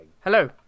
Hello